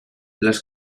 las